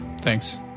thanks